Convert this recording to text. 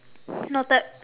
noted